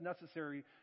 necessary